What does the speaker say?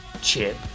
chip